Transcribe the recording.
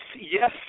yes